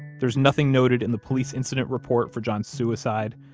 there's nothing noted in the police incident report for john's suicide.